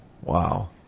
Wow